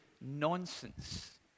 Nonsense